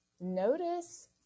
Notice